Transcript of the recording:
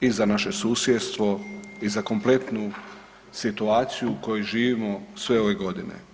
i za naše susjedstvo i za kompletnu situaciju u kojoj živimo sve ove godine.